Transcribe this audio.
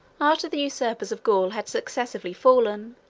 after the usurpers of gaul had successively fallen,